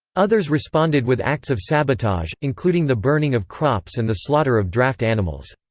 others responded with acts of sabotage, including the burning of crops and the slaughter of draught animals.